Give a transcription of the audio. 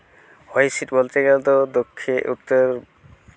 ᱦᱚᱭ ᱦᱤᱸᱥᱤᱫ ᱵᱚᱞᱛᱮ ᱜᱮᱞᱮ ᱫᱚ ᱫᱚᱠᱠᱷᱤᱱ ᱩᱛᱛᱚᱨ